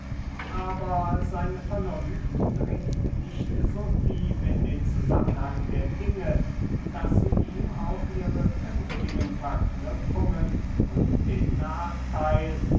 aber seine vernunft dringt nicht so tief in den zusammenhang der dinge daß sie ihm auch ihre künftigen verknüpfungen und den nachtheil